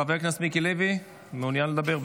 חבר הכנסת מיקי לוי, מעוניין לדבר?